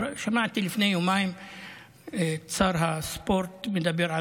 שמעתי לפני יומיים את שר הספורט מדבר על